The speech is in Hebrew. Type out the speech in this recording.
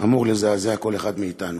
אמור לזעזע כל אחד מאתנו.